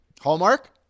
Hallmark